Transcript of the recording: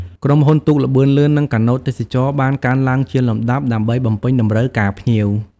ក្រុមហ៊ុនទូកល្បឿនលឿននិងកាណូតទេសចរណ៍បានកើនឡើងជាលំដាប់ដើម្បីបំពេញតម្រូវការភ្ញៀវ។